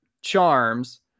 charms